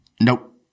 Nope